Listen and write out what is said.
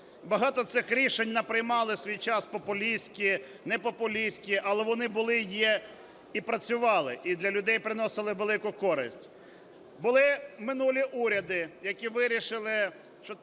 Багато цих рішень наприймали в свій час популістських, непопулістських, але вони були і є, і працювали, і для людей приносили велику користь. Були минулі уряди, які вирішили, що